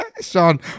Sean